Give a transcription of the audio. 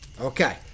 Okay